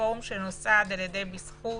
פורום שנוסד על-ידי בזכות,